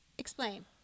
Explain